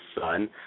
son